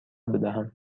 بدهم